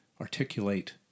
articulate